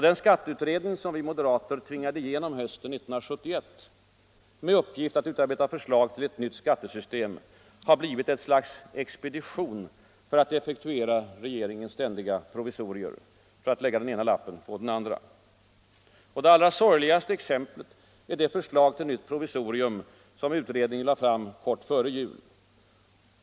Den skatteutredning som vi moderater tvingade igenom hösten 1971 med uppgift att utarbeta förslag till ett nytt skattesystem har blivit ett slags expedition för att effektuera regeringens ständiga skatteprovisorier - för att lägga den ena lappen på den andra. Det allra sorgligaste exemplet är det förslag till nytt provisorium som skatteutredningen lade fram kort före jul.